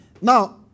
Now